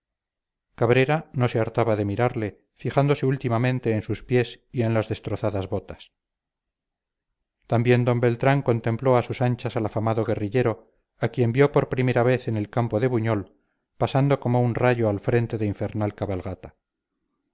cabrera no se hartaba de mirarle fijándose últimamente en sus pies y en las destrozadas botas también d beltrán contempló a sus anchas al afamado guerrillero a quien vio por primera vez en el campo de buñol pasando como un rayo al frente de infernal cabalgata